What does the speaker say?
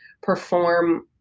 perform